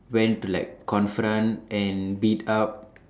went to like confront and beat up